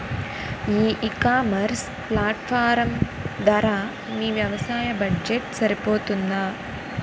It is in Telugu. ఈ ఇకామర్స్ ప్లాట్ఫారమ్ ధర మీ వ్యవసాయ బడ్జెట్ సరిపోతుందా?